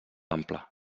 ample